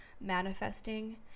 manifesting